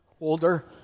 older